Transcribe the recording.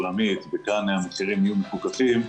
עולמית וכאן המחירים יהיו מפוקחים,